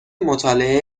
مطالعه